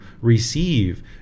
receive